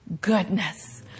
goodness